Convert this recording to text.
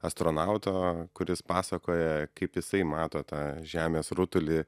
astronauto kuris pasakoja kaip jisai mato tą žemės rutulį